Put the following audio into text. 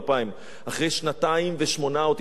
אחרי שנתיים ושמונה או תשעה חודשים,